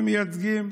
והם מייצגים